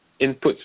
inputs